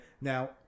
Now